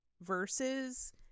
verses